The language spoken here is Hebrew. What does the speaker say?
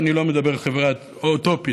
ואני לא מדבר על חברה אוטופית.